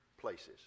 places